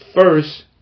first